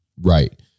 Right